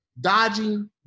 dodging